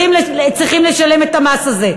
צריכים לשלם את המס הזה?